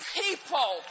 people